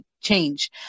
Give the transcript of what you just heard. change